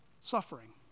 suffering